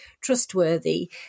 trustworthy